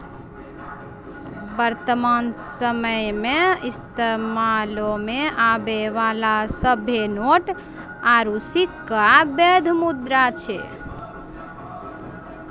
वर्तमान समयो मे इस्तेमालो मे आबै बाला सभ्भे नोट आरू सिक्का बैध मुद्रा छै